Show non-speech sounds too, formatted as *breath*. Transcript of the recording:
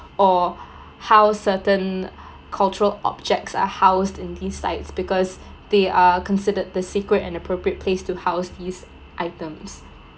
or how certain *breath* cultural objects are house in these sites because they are considered the sacred and appropriate place to house these items